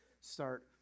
start